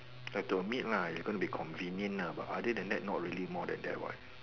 have to admit lah it's going to be convenient lah but other than that not really more than that what